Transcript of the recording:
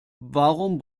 warum